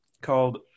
called